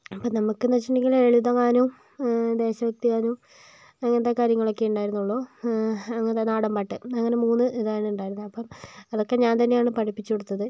അപ്പോൾ നമുക്കെന്ന് വെച്ചിട്ടുണ്ടെങ്കിൽ ലളിതഗാനവും ദേശഭക്തിഗാനവും അങ്ങനത്തെ കാര്യങ്ങളൊക്കെയേ ഉണ്ടായിരുന്നുള്ളു അങ്ങനെ നാടാൻപാട്ട് അങ്ങനെ മൂന്ന് ഇതാണ് ഉണ്ടായിരുന്നത് അപ്പോൾ അതൊക്കെ ഞാൻ തന്നെയാണ് പഠിപ്പിച്ചു കൊടുത്തത്